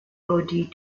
dod